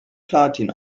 platin